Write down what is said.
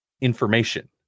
information